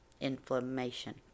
Inflammation